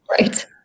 Right